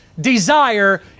desire